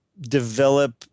develop